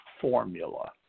formula